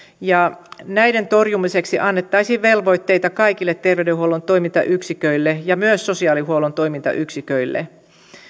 näiden torjumiseksi annettaisiin velvoitteita kaikille terveydenhuollon toimintayksiköille ja myös sosiaalihuollon toimintayksiköille